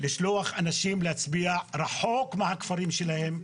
לשלוח אנשים להצביע רחוק מהכפרים שלהם,